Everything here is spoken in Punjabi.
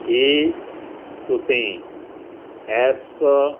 ਕੀ ਤੁਸੀਂਂ ਇਸ